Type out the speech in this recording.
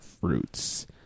fruits